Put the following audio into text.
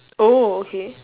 oh okay